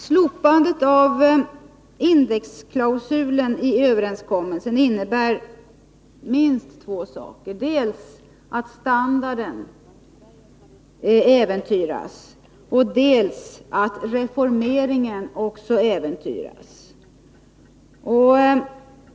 Slopandet av indexklausulen i överenskommelsen innebär minst två saker — dels att standarden äventyras, dels att reformeringen också äventyras.